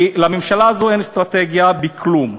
כי לממשלה הזו אין אסטרטגיה בכלום,